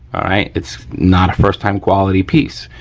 all right, it's not a first time quality piece.